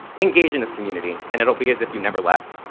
engage in this community, and it will be as if you never left.